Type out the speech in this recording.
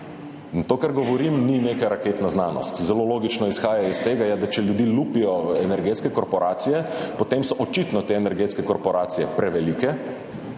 to, kar govorim, ni neka raketna znanost. Zelo logično izhaja iz tega, da če energetske korporacije ljudi lupijo, potem so očitno te energetske korporacije prevelike